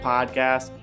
Podcast